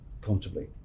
comfortably